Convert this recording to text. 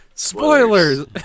Spoilers